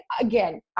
again